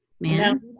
man